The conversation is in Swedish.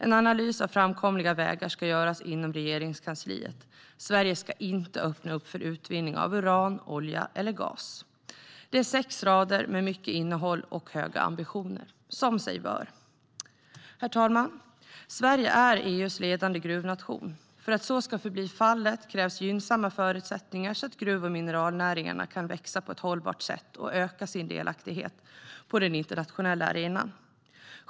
En analys av framkomliga vägar ska göras inom Regeringskansliet. Sverige ska inte öppna upp för utvinning av uran, olja eller gas. "Herr talman! Sverige är EU:s ledande gruvnation. För att så ska förbli fallet krävs gynnsamma förutsättningar så att gruv och mineralnäringarna kan växa på ett hållbart sätt och öka sin delaktighet på den internationella arenan.